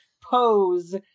pose